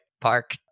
park